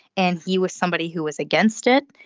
and he was somebody who was against it.